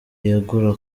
yegura